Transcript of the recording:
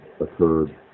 occurred